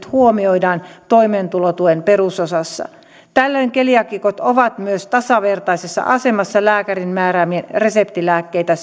huomioidaan toimeentulotuen perusosassa tällöin keliaakikot ovat myös tasavertaisessa asemassa lääkärin määräämiä reseptilääkkeitä